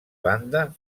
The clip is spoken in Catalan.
banda